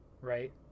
right